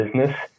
business